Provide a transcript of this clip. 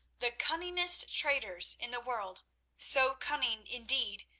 the cunningest traders in the world so cunning, indeed,